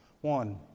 One